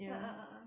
a'ah a'ah a'ah